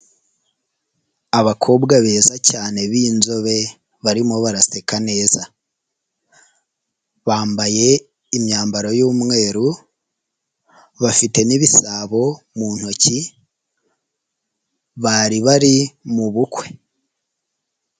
Abakobwa beza cyane b'inzobe barimo baraseka neza, bambaye imyambaro y'umweru, bafite n'ibisabo mu ntoki, bari bari mu bukwe.